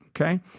okay